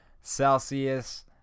Celsius